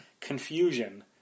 Confusion